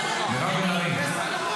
זה לא יקרה.